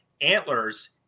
Antlers